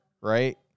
right